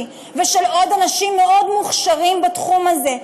ושל עוד אנשים מאוד מוכשרים בתחום הזה,